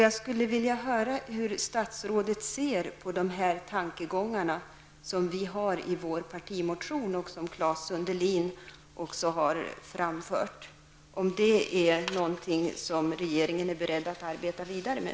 Jag skulle vilja veta hur statsrådet uppfattar de tankegångar som återfinns i vår partimotion och som Claes Sundelin också har framfört. Kunde det som vi har tagit upp vara någonting som regeringen är beredd att arbeta vidare med?